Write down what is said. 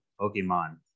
Pokemon